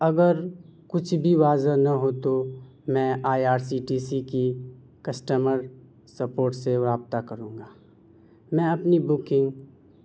اگر کچھ بھی واضح نہ ہو تو میں I R C T C کی کسٹمر سپورٹ سے رابطہ کروں گا میں اپنی بکنگ